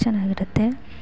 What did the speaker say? ಚೆನ್ನಾಗಿರುತ್ತೆ